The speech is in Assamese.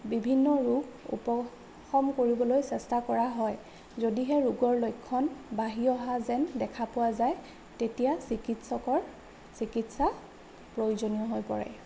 বিভিন্ন ৰোগ উপশম কৰিবলৈ চেষ্টা কৰা হয় যদিহে ৰোগৰ লক্ষণ বাঢ়ি অহা যেন দেখা পোৱা যায় তেতিয়া চিকিৎসকৰ চিকিৎসা প্ৰয়োজনীয় হৈ পৰে